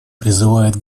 призывает